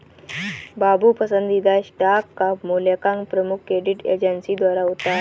बाबू पसंदीदा स्टॉक का मूल्यांकन प्रमुख क्रेडिट एजेंसी द्वारा होता है